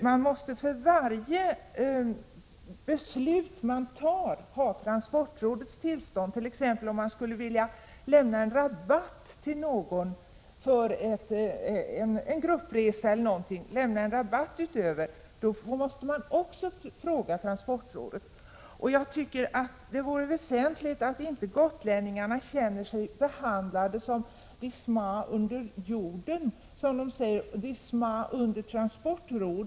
Man måste för varje beslut man fattar ha transportrådets tillstånd, t.ex. om man skulle vilja lämna en rabatt till en gruppresa. Jag tycker att det är väsentligt att gotlänningarna inte känner sig behandlade som ”di sma undar jårdi”, som de säger: di sma undar transportrådet.